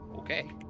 Okay